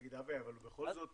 לכן